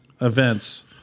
events